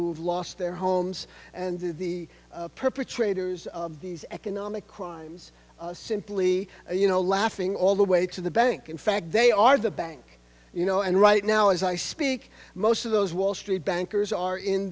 who've lost their homes and the perpetrators of these economic crimes simply you know laughing all the way to the bank in fact they are the bank you know and right now as i speak most of those wall street bankers are in